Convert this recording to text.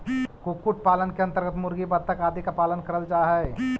कुक्कुट पालन के अन्तर्गत मुर्गी, बतख आदि का पालन करल जा हई